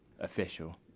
official